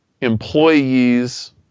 employees